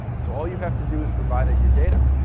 so all you have to do is provide it your data,